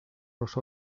los